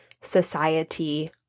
society